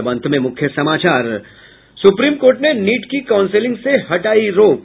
और अब अंत में मुख्य समाचार सुप्रीम कोर्ट ने नीट की काउंसिलिंग से हटायी रोक